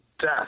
death